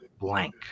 blank